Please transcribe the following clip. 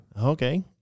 Okay